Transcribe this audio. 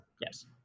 Yes